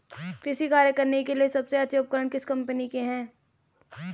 कृषि कार्य करने के लिए सबसे अच्छे उपकरण किस कंपनी के हैं?